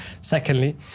Secondly